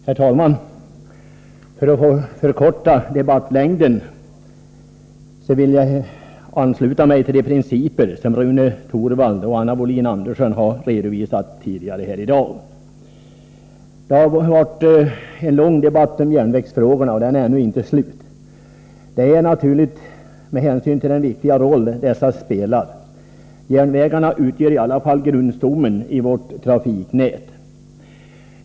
Herr talman! För att förkorta debattlängden vill jag ansluta mig till de principer som Rune Torwald och Anna Wohlin-Andersson har redovisat tidigare i dag. Det har varit en lång debatt om järnvägsfrågorna, och den är ännu inte slut. Det är naturligt med hänsyn till den viktiga roll dessa spelar. Järnvägarna utgör i alla fall grundstommen i vårt trafiknät.